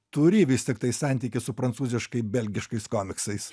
turi vis tiktai santykį su prancūziškai belgiškais komiksais